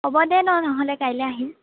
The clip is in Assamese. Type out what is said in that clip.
হ'ব দে নহ'লে কাইলৈ আহিম